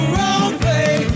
role-play